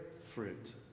fruit